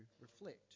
reflect